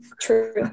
True